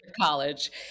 college